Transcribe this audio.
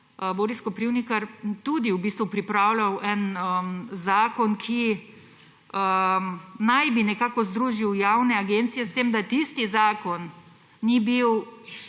Boris Koprivnikar tudi v bistvu pripravljal en zakon, ki naj bi nekako združil javne agencije, s tem, da tisti zakon ni bil